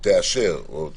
תודה.